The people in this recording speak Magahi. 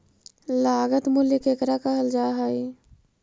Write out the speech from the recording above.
लागत मूल्य केकरा कहल जा हइ?